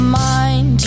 mind